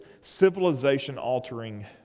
civilization-altering